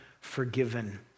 forgiven